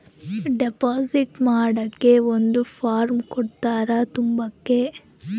deposit ಮಾಡಕ್ಕೆ ಒಂದ್ form ಕೊಡ್ತಾರ ತುಂಬಕ್ಕೆ